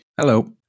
hello